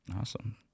Awesome